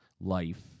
life